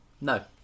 no